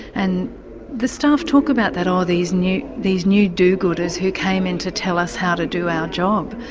and the staff talk about that, oh these new these new do-gooders who came in to tell us how to do our job.